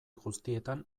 guztietan